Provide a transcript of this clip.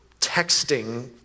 texting